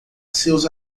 seus